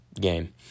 game